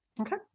Okay